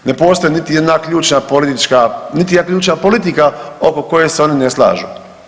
Ne postoji niti jedna ključna politička, niti jedna ključna politika oko koje se oni ne slažu.